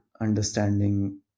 understanding